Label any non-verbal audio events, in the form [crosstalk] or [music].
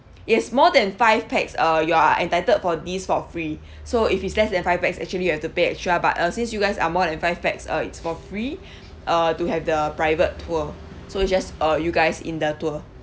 yes more than five pax uh you are entitled for this for free so if it's less than five pax actually you have to pay extra but uh since you guys are more than five pax uh it's for free [breath] uh to have the private tour so it's just uh you guys in the tour